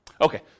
Okay